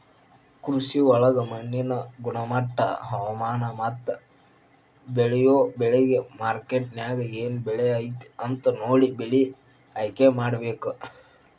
ಕೃಷಿಯೊಳಗ ಮಣ್ಣಿನ ಗುಣಮಟ್ಟ, ಹವಾಮಾನ, ಮತ್ತ ಬೇಳಿಯೊ ಬೆಳಿಗೆ ಮಾರ್ಕೆಟ್ನ್ಯಾಗ ಏನ್ ಬೆಲೆ ಐತಿ ಅಂತ ನೋಡಿ ಬೆಳೆ ಆಯ್ಕೆಮಾಡಬೇಕು